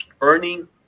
earning